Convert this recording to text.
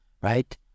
Right